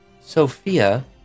Sophia